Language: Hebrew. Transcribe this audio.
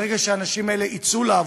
ברגע שהאנשים האלה יצאו לעבוד,